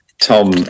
tom